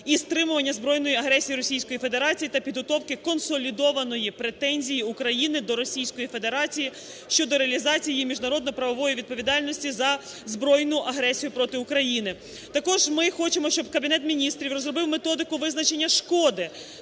і стримування збройної агресії Російської Федерації та підготовки консолідованої претензії України до Російської Федерації щодо реалізації її міжнародно-правової відповідальності за збройну агресію проти України. Також ми хочемо, щоб Кабінет Міністрів розробив методику визначення шкоди